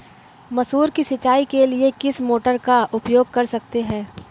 मसूर की सिंचाई के लिए किस मोटर का उपयोग कर सकते हैं?